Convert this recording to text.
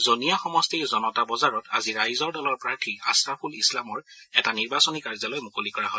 জনীয়া সমষ্টিৰ জনতা বজাৰত আজি ৰাইজৰ দলৰ প্ৰাৰ্থী আশ্ৰাফুল ইছলামৰ এটা নিৰ্বাচনী কাৰ্যালয় মুকলি কৰা হয়